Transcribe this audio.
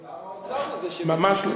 שר האוצר הוא זה שמציג את זה.